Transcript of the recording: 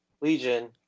Legion